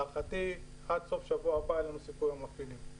להערכתי עד סוף שבוע הבא יהיה לנו סיכום עם המפעילים.